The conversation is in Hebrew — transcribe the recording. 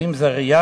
ואם זה ריאלי,